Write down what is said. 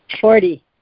Forty